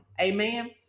Amen